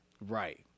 Right